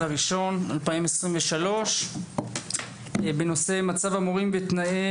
16.1.23. על סדר-היום: מצב המורים ותנאי